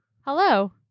Hello